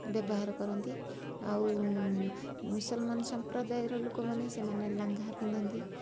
ବ୍ୟବହାର କରନ୍ତି ଆଉ ମୁସଲମାନ ସମ୍ପ୍ରଦାୟର ଲୋକମାନେ ସେମାନେ ଲାଙ୍ଘା ପିନ୍ଧନ୍ତି